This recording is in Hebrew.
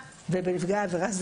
בנפגעי עבירה זה